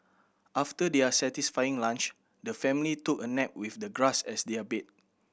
after their satisfying lunch the family took a nap with the grass as their bed